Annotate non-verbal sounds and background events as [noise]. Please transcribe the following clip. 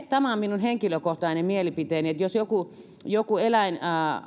[unintelligible] tämä on minun henkilökohtainen mielipiteeni jos joku joku eläin